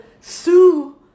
sue